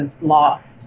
lost